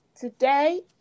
Today